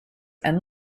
and